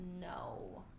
no